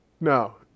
no